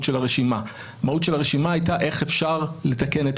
במדינות אחרות ארצות הברית אנחנו יודעים שתיקנו 27